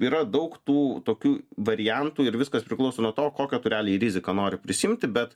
yra daug tų tokių variantų ir viskas priklauso nuo to kokią tu realiai riziką nori prisiimti bet